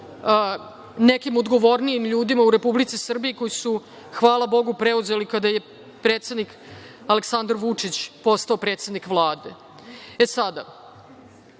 nekim odgovornijim ljudima u Republici Srbiji koji su, hvala Bogu, preuzeli kada je predsednik Aleksandar Vučić postao predsednik Vlade.E, sada,